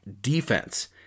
defense